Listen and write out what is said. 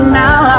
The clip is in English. now